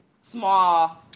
small